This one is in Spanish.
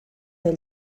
del